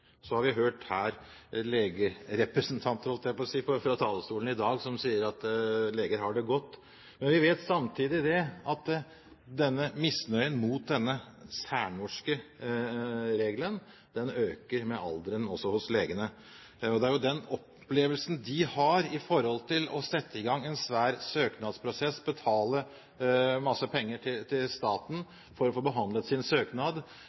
Så har vi hørt legerepresentanter – holdt jeg på å si – fra talerstolen i dag som sier at leger har det godt. Men vi vet samtidig at denne misnøyen mot denne særnorske regelen øker med alderen også hos legene. Det er jo den opplevelsen de har i forhold til å sette i gang en svær søknadsprosess, betale masse penger til staten for å få behandlet sin søknad,